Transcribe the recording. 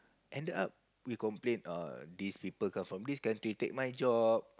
ended up we complain err this people come from this country take my job